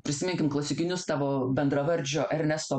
prisiminkim klasikinius tavo bendravardžio ernesto